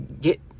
get